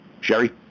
Sherry